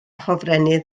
hofrennydd